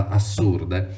assurde